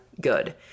good